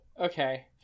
okay